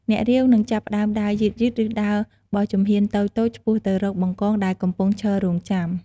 អ្នករាវ នឹងចាប់ផ្តើម ដើរយឺតៗ ឬដើរបោះជំហានតូចៗ ឆ្ពោះទៅរកបង្កង ដែលកំពុងឈររង់ចាំ។